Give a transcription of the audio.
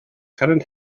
current